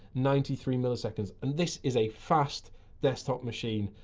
ninety three milliseconds. and this is a fast desktop machine.